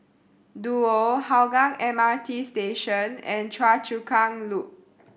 Duo Hougang M R T Station and Choa Chu Kang Loop